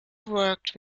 worked